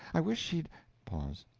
i wish she'd pause.